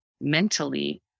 mentally